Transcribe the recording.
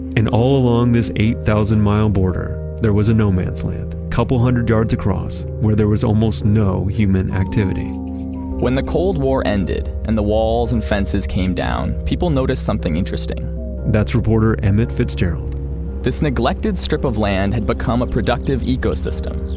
and all along this eight thousand mile border, there was a no man's land a couple hundred yards across, where there was almost no human activity when the cold war ended, and the walls and fences came down, people noticed something interesting that's reporter emmett fitzgerald this neglected strip of land had become a productive ecosystem.